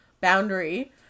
boundary